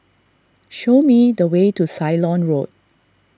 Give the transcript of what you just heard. show me the way to Ceylon Road